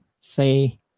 say